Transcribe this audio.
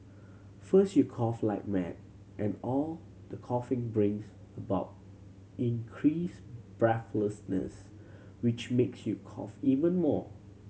first you cough like mad and all the coughing brings about increased breathlessness which makes you cough even more